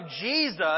Jesus